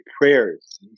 prayers